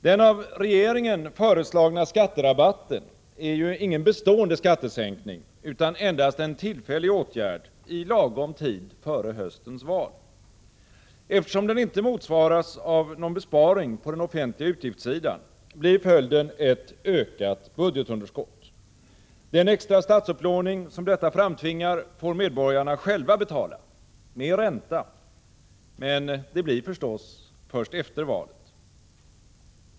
Den av regeringen föreslagna skatterabatten är ingen bestående skattesänkning utan endast en tillfällig åtgärd i lagom tid före höstens val. Eftersom den inte motsvaras av någon besparing på den offentliga utgiftssidan, blir följden ett ökat budgetunderskott. Den extra statsupplåning som detta framtvingar får medborgarna själva betala med ränta — men det blir förstås först efter valet.